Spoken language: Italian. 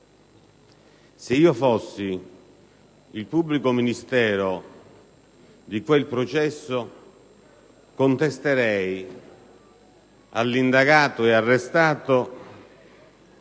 Se io fossi il pubblico ministero di quel processo, contesterei all'indagato e arrestato